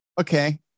okay